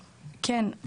כן,